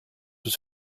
was